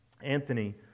Anthony